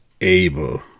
able